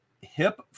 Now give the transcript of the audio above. HIP